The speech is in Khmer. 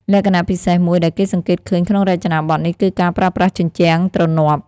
លក្ខណៈពិសេសមួយដែលគេសង្កេតឃើញក្នុងរចនាបថនេះ គឺការប្រើប្រាស់ ជញ្ជាំងទ្រនាប់។